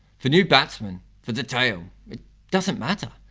for new batsman, for the tail. it doesn't matter.